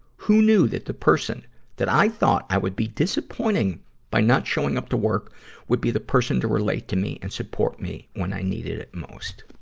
who knew that the person that i thought i would be disappointing by not showing up to work would be the person to relate to me and support me when i needed it most!